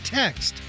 text